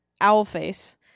Owlface